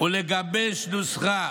ולגבש נוסחה